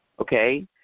Okay